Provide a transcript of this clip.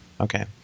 Okay